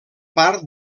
part